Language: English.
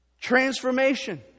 Transformation